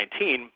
2019